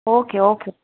okay okay